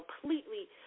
completely